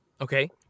Okay